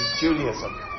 Judaism